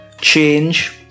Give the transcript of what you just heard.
change